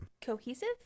cohesive